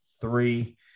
three